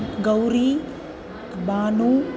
गौरी बानू